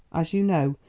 as you know,